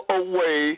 away